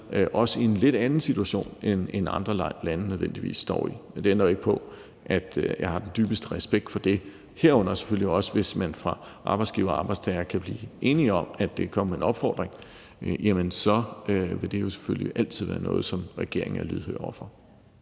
os i en lidt anden situation, end andre lande nødvendigvis står i. Men det ændrer jo ikke på, at jeg har den dybeste respekt for det, herunder selvfølgelig også hvis man fra arbejdsgiver- og arbejdstagerside kan blive enige om at komme med en opfordring. Så vil det selvfølgelig altid være noget, som regeringen er lydhør over for.